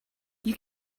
you